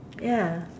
ya